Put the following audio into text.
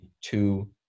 two